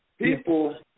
people